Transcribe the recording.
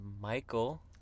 Michael